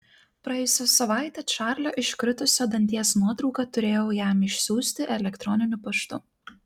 praėjusią savaitę čarlio iškritusio danties nuotrauką turėjau jam išsiųsti elektroniniu paštu